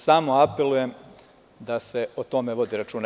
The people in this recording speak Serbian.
Samo apelujem da se o tome vodi računa.